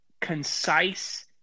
concise